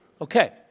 Okay